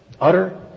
Utter